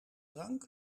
drank